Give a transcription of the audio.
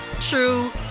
true